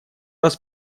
раз